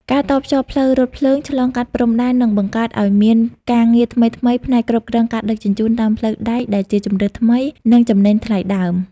ការតភ្ជាប់ផ្លូវរថភ្លើងឆ្លងកាត់ព្រំដែន នឹងបង្កើតឱ្យមានការងារថ្មីៗផ្នែកគ្រប់គ្រងការដឹកជញ្ជូនតាមផ្លូវដែកដែលជាជម្រើសថ្មី និងចំណេញថ្លៃដើម។